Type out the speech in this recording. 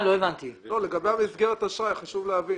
לגבי מסגרת האשראי, חשוב להבין